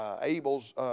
Abel's